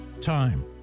Time